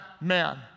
man